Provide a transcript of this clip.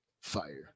Fire